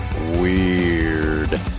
weird